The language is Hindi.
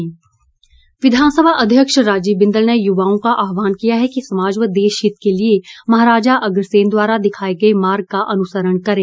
विधानसभा अध्यक्ष विधानसभा अध्यक्ष राजीव बिंदल ने युवाओं का आहवान किया है कि समाज व देशहित के लिए महाराजा अग्रसेन द्वारा दिखाए गए मार्ग का अनुसरण करें